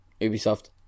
Ubisoft